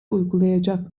uygulayacak